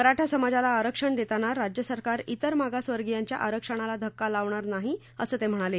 मराठा समाजाला आरक्षण देताना राज्य सरकार तिर मागासवर्गीयांच्या आरक्षणाला धक्का लावणार नाही असं ते म्हणाले